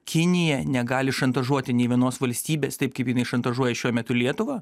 kinija negali šantažuoti nei vienos valstybės taip kaip jinai šantažuoja šiuo metu lietuva